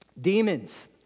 Demons